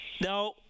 Now